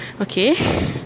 Okay